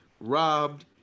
robbed